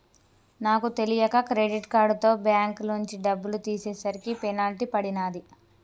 నాకు తెలియక క్రెడిట్ కార్డుతో బ్యేంకులోంచి డబ్బులు తీసేసరికి పెనాల్టీ పడినాది